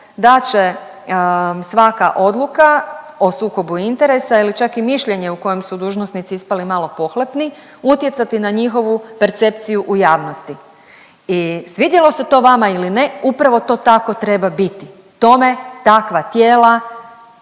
da će svaka odluka o sukobu interesa ili čak i mišljenje u kojem su dužnosnici ispali malo pohlepni, utjecati na njihovu percepciju u javnosti i svidjelo se to vama ili ne, upravo to tako treba biti, tome takva tijela,